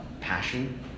passion